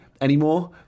anymore